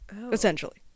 essentially